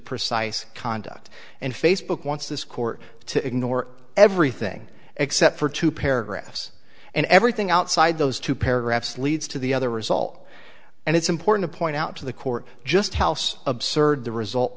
precise conduct and facebook wants this court to ignore everything except for two paragraphs and everything outside those two paragraphs leads to the other result and it's important to point out to the court just house absurd the result